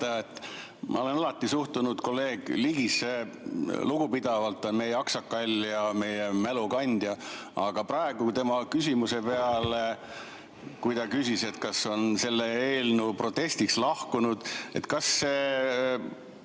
Ma olen alati suhtunud kolleeg Ligisse lugupidavalt, ta on meie aksakall ja meie mälu kandja. Aga praegu tema küsimuse peale, kui ta küsis, kes on selle eelnõu protestiks lahkunud, [tahaksin